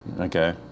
okay